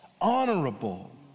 honorable